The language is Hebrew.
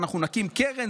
אנחנו נקים קרן.